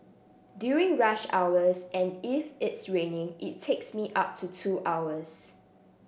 during rush hours and if it's raining it takes me up to two hours